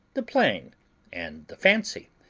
the plain and the fancy,